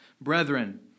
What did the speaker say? Brethren